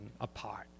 apart